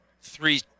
three